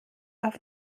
auf